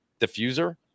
diffuser